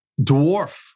dwarf